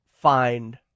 find